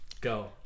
go